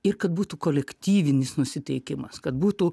ir kad būtų kolektyvinis nusiteikimas kad būtų